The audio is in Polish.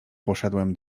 poszedłem